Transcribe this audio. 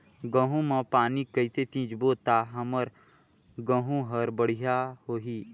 गहूं म पानी कइसे सिंचबो ता हमर गहूं हर बढ़िया होही?